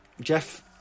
Jeff